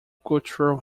cultural